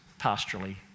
pastorally